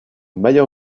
meilleur